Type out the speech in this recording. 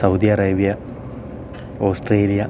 Saudi Arabia Australia